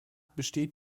besteht